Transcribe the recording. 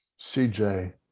CJ